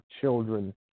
children